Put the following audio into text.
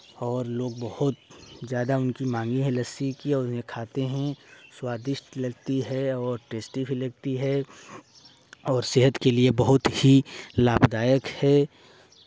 और लोग बहुत ज़्यादा उनकी मांगें हैं लस्सी की और उन्हें खाते हैं स्वादिष्ट लगती है और टेस्टी भी लगती है और सेहत के लिए बहुत ही लाभदायक है